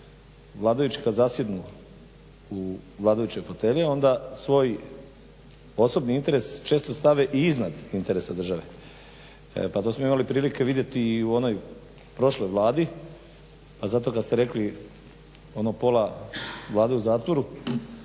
vladajući kad zasjednu u vladajuće fotelje onda svoj osobni interes često stave i iznad interesa države. Pa to smo imali prilike vidjeti i u onoj prošloj Vladi a zato kad ste rekli ono pola Vlade u zatvoru,